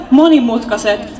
monimutkaiset